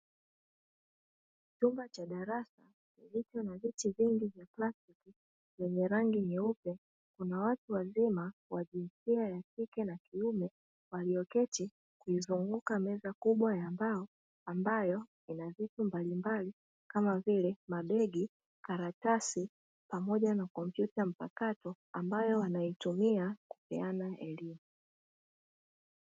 Chumba cha darasa kilicho na viti vingi vya plastiki vyenye rangi nyeupe, kuna watu wazima wa jinsia ya kike na kiume, walioketi kuizunguka meza kubwa ya mbao ambayo ina vitu mbalimbali kama vile mabegi, karatasi pamoja na kompyuta mpakato ambayo wanaitumia kupeana elimu.